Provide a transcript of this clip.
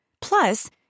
Plus